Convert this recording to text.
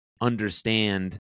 understand